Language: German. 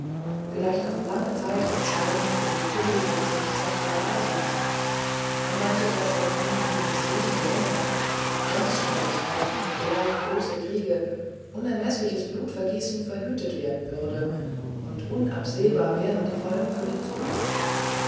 vielleicht auf lange zeit entscheidend für die zivilisation zentralasiens er meinte daß wenn ihnen die mission gelänge grenzstreitigkeiten und vielleicht große kriege unermeßliches blutvergießen verhütet werden würden und unabsehbar wären die folgen für die zukunft